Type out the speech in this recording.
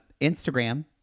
Instagram